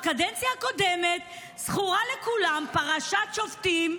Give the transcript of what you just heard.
בקדנציה הקודמת זכורה לכולם "פרשת משפטים",